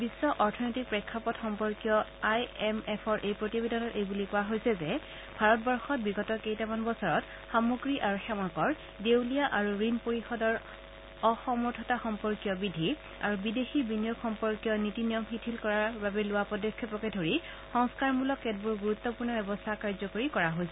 বিশ্ব অৰ্থনৈতিক প্ৰেক্ষাপট সম্পৰ্কীয় আই এম এফৰ এই প্ৰতিবেদনত এইবুলি কোৱা হৈছে যে ভাৰতবৰ্ষত বিগত কেইটামান বছৰত সামগ্ৰী আৰু সেৱা কৰ দেউলীয়া আৰু ঋণ পৰিষদৰ অসমৰ্থতা সম্পৰ্কীয় বিধি আৰু বিদেশী বিনিয়োগ সম্পৰ্কীয় নীতি নিয়ম শিথিল কৰাৰ বাবে লোৱা পদক্ষেপকে ধৰি সংস্কাৰমূলক কেতবোৰ গুৰুত্বপূৰ্ণ ব্যৱস্থা কাৰ্যকৰী কৰা হৈছে